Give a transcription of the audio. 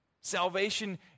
Salvation